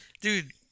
Dude